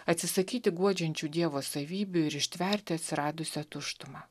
atsisakyti guodžiančių dievo savybių ir ištverti atsiradusią tuštumą